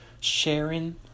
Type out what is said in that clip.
Sharing